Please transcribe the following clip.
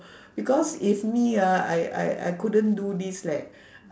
because if me ah I I I couldn't do this leh